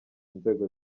inzego